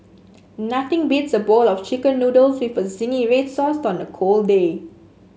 nothing beats a bowl of chicken noodles with zingy red sauce on a cold day